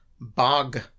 bog